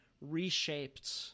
reshaped